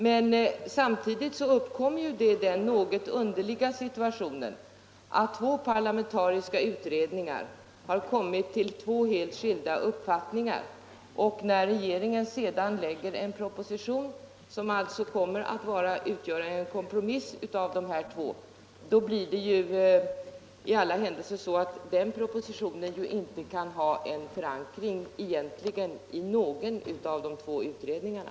Men samtidigt uppstår den något underliga situationen att två parlamentariska utredningar har kommit fram till två helt skilda uppfattningar. När regeringen lägger fram en proposition, som väl kommer att utgöra en kompromiss mellan dessa två utredningar, har denna proposition egentligen inte förankring i någon av de två utredningarna.